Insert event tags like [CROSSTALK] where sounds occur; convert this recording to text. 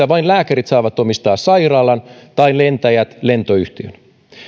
[UNINTELLIGIBLE] vain lääkärit saavat omistaa sairaalan tai lentäjät lentoyhtiön